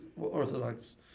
orthodox